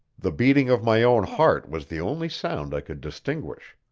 the beating of my own heart was the only sound i could distinguish.